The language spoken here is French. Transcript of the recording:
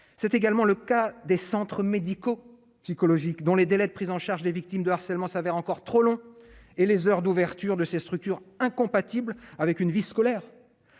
c'est également le cas des centres médico- psychologiques dont les délais de prise en charge des victimes de harcèlement s'avèrent encore trop long et les heures d'ouverture de ces structures incompatibles avec une vie scolaire,